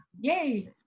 Yay